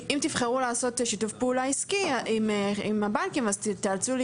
אם תבחרו לעשות שיתף פעולה עסקי עם הבנקים אז תיאלצו,